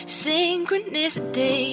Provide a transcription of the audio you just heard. synchronicity